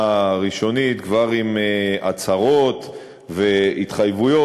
ראשונית כבר עם הצהרות והתחייבויות.